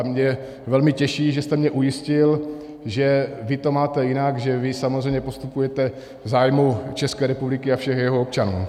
A mě velmi těší, že jste mě ujistil, že vy to máte jinak, že vy samozřejmě postupujete v zájmu České republiky a všech jejích občanů.